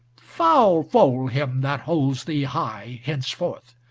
foul fall him that holds thee high henceforth!